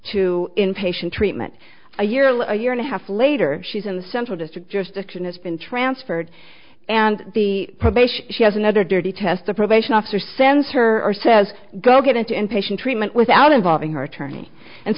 to inpatient treatment a year like a year and a half later she's in the central district just fiction has been transferred and the probation she has another dirty test the probation officer sends her or says go get into in patient treatment without involving her attorney and